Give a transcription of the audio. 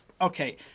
okay